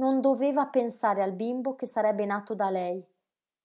non doveva pensare al bimbo che sarebbe nato da lei